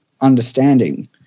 understanding